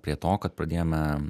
prie to kad pradėjome